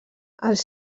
els